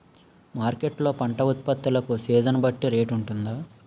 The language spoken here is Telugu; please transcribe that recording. మార్కెట్ లొ పంట ఉత్పత్తి లకు సీజన్ బట్టి రేట్ వుంటుందా?